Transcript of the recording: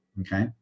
okay